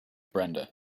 brenda